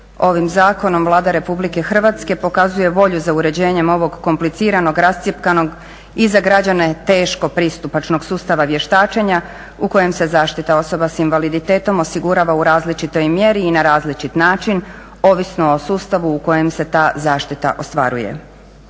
Ovim zakonom Vlada Republike Hrvatske pokazuje volju za uređenjem ovog kompliciranog rascjepkanog i za građane teško pristupačnog sustava vještačenja u kojem se zaštita osoba sa invaliditetom osigurava u različitoj mjeri i na različit način ovisno o sustavu u kojem se ta zaštita ostvaruje.